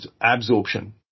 absorption